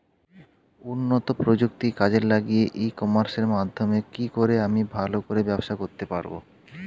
উন্নত প্রযুক্তি কাজে লাগিয়ে ই কমার্সের মাধ্যমে কি করে আমি ভালো করে ব্যবসা করতে পারব?